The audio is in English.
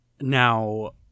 now